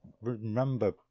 remember